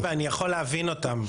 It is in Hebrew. אין ספק, ואני יכול להבין אותם.